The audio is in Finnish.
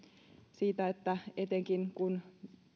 siitä että etenkin kun